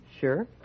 Sure